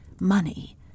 Money